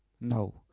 No